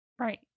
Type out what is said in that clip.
Right